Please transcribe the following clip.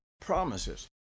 promises